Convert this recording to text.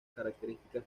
características